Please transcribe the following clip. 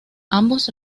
ambos